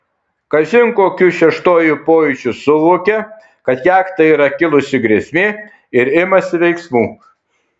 kažin kokiu šeštuoju pojūčiu suvokia kad jachtai yra kilusi grėsmė ir imasi veiksmų